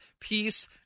peace